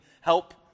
Help